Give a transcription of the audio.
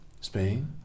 Spain